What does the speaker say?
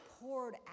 poured